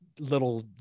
little